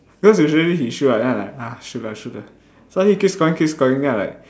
cause usually he shoot right then I like ah shoot lah shoot lah so then he keep scoring keep scoring then I like